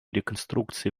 реконструкции